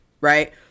Right